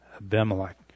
Abimelech